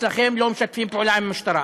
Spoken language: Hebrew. אצלכם לא משתפים פעולה עם המשטרה.